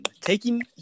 Taking